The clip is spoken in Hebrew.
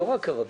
לא רק ערבים.